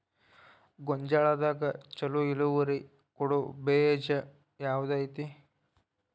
ಗೊಂಜಾಳದಾಗ ಛಲೋ ಇಳುವರಿ ಕೊಡೊ ಬೇಜ ಯಾವ್ದ್ ಐತಿ?